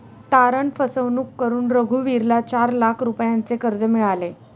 तारण फसवणूक करून रघुवीरला चार लाख रुपयांचे कर्ज मिळाले